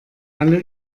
alle